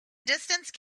distance